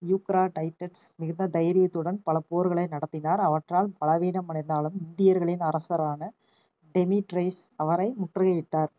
Eucratides மிகுந்த தைரியத்துடன் பல போர்களை நடத்தினார் அவற்றால் பலவீனமடைந்தாலும் இந்தியர்களின் அரசரான டெமிட்ரைஸ் அவரை முற்றுகையிட்டார்